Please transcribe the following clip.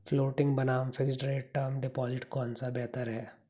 Floating बनाम fixed rate term deposit कौन सा बेहतर है?